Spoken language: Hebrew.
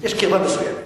יש קרבה מסוימת.